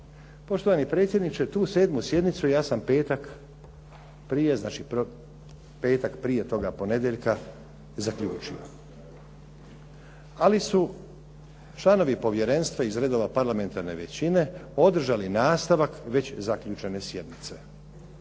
Poštovani predsjedniče tu 7. sjednicu ja sam petak prije toga ponedjeljka zaključio. Ali su članovi povjerenstva iz redova parlamentarne većine održali nastavak već zaključene sjednice